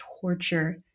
torture